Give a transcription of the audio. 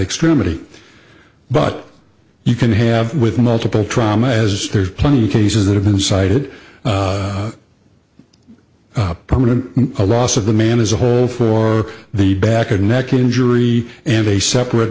extremity but you can have with multiple trauma as there's plenty of cases that have been cited permanent a loss of the man as a whole for the back and neck injury and a separate